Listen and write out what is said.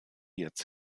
jetzt